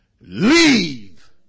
leave